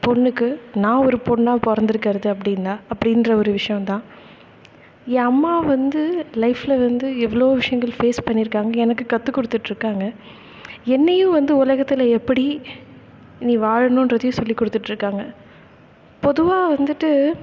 பொண்ணுக்கு நான் ஒரு பொண்ணாக பிறந்துருக்குறது அப்படின்னா அப்படின்ற ஒரு விஷயந்தான் என் அம்மா வந்து லைஃப்பில் வந்து எவ்வளோ விஷயங்கள் ஃபேஸ் பண்ணியிருக்காங்க எனக்கு கற்றுக் கொடுத்துட்டுருக்காங்க என்னையும் வந்து உலகத்தில் எப்படி நீ வாழணுன்றதையும் சொல்லிக் கொடுத்துட்டுருக்காங்க பொதுவாக வந்துவிட்டு